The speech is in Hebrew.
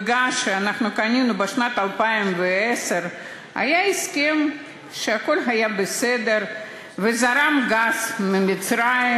ועל הגז שקנינו בשנת 2010. היה הסכם והכול היה בסדר וזרם גז ממצרים,